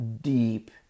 Deep